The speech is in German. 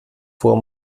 vor